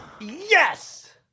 yes